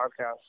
podcast